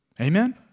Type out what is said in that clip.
Amen